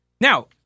Now